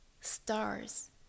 stars